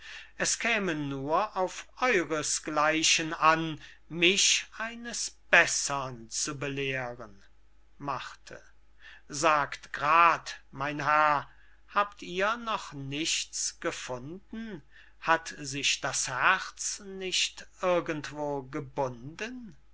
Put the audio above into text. es käme nur auf eures gleichen an mich eines bessern zu belehren sagt g'rad mein herr habt ihr noch nichts gefunden hat sich das herz nicht irgendwo gebunden